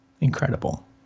incredible